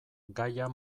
gaia